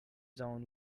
zoned